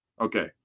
Okay